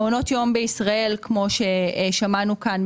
מעונות יום בישראל כמו ששמענו כאן,